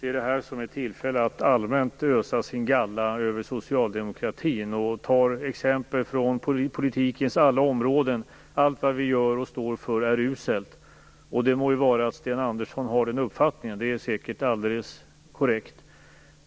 ser detta som ett tillfälle att allmänt ösa sin galla över socialdemokratin och tar exempel från politikens alla områden. Allt vi gör och det vi står för är uselt. Det må vara att Sten Andersson har den uppfattningen. Det är säkert alldeles korrekt.